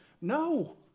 No